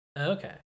Okay